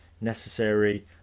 necessary